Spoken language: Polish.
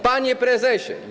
Panie Prezesie!